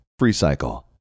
Freecycle